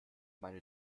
meine